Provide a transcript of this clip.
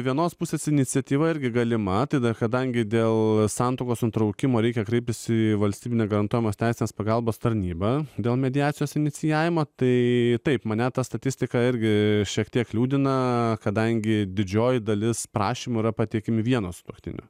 vienos pusės iniciatyva irgi galima atidą kadangi dėl santuokos nutraukimo reikia kreiptis į valstybinę gan tomas teisės pagalbos tarnybą dėl mediacijos inicijavimo tai taip mane ta statistika irgi šiek tiek liūdina kadangi didžioji dalis prašymų yra pateikiami vieno sutuoktinio